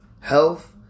health